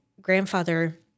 grandfather